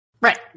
Right